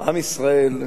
עם ישראל,